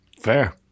Fair